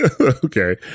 Okay